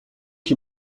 qui